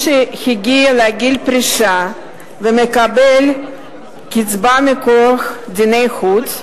שהגיע לגיל פרישה ומקבל קצבה מכוח דיני חוץ),